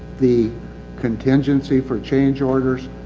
the contingency for change orders.